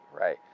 right